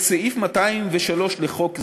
את סעיף 203 לחוק זה,